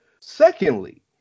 Secondly